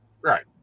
Right